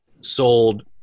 Sold